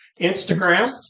Instagram